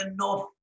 enough